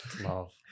love